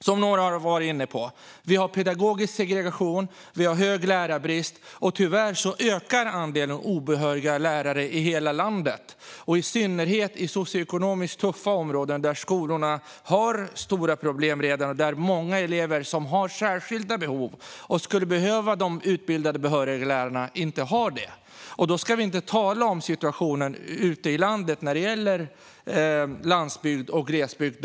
Som några varit inne på har vi pedagogisk segregation och stor lärarbrist, och tyvärr ökar andelen obehöriga lärare i hela landet - i synnerhet i socioekonomiskt tuffa områden, där skolorna redan har stora problem och där många elever som har särskilda behov och skulle behöva utbildade, behöriga lärare inte har det. Och då ska vi inte tala om situationen ute i landet när det gäller landsbygd och glesbygd.